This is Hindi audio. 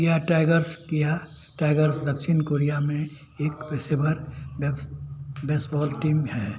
किआ टाइगर्स किआ टाइगर्स दक्षिण कोरिया में एक पेशेवर बेस बेसबॉल टीम है